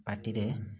ପାଟିରେ